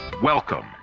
Welcome